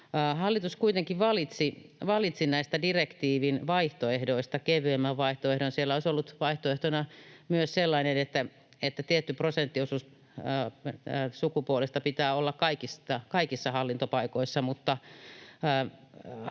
Hallitus kuitenkin valitsi näistä direktiivin vaihtoehdoista kevyemmän vaihtoehdon. Siellä olisi ollut vaihtoehtona myös sellainen, että tietty prosenttiosuus sukupuolista pitää olla kaikissa hallintopaikoissa,